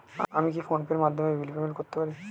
আমি কি ফোন পের মাধ্যমে কেবল বিল পেমেন্ট করতে পারি?